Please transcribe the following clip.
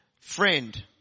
friend